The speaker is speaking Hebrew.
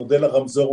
מודל הרמזור,